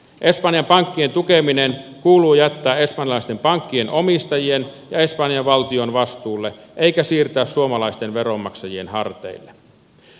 espanjan pankkien tukeminen kuuluu jättää espanjalaisten pankkien omistajien ja espanjan valtion vastuulle eikä siirtää suomalaisten veronmaksajien harteille